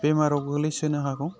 बेमाराव गोग्लैसोनो हागौ